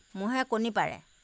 মহে কণী পাৰে